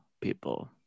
people